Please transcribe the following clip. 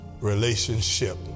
relationship